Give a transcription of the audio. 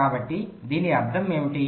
కాబట్టి దీని అర్థం ఏమిటి